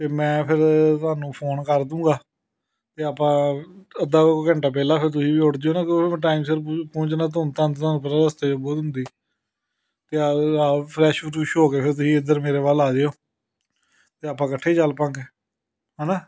ਅਤੇ ਮੈਂ ਫਿਰ ਤੁਹਾਨੂੰ ਫੋਨ ਕਰ ਦੂਗਾ ਅਤੇ ਆਪਾਂ ਅੱਧਾ ਕੁ ਘੰਟਾ ਪਹਿਲਾਂ ਫਿਰ ਤੁਸੀਂ ਵੀ ਉੱਠ ਜਿਓ ਨਾ ਕਿਉਂਕਿ ਟਾਈਮ ਸਿਰ ਪ ਪਹੁੰਚਣਾ ਧੁੰਦ ਧੰਦ ਤੁਹਾਨੂੰ ਪਤਾ ਰਸਤੇ ਵਿੱਚ ਬਹੁਤ ਹੁੰਦੀ ਫਰੈਸ਼ ਫਰੂਸ਼ ਹੋ ਕੇ ਫਿਰ ਤੁਸੀਂ ਇੱਧਰ ਮੇਰੇ ਵੱਲ ਆ ਜਿਓ ਅਤੇ ਆਪਾਂ ਇਕੱਠੇ ਚੱਲ ਪਵਾਂਗੇ ਹੈ ਨਾ